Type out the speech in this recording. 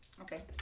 Okay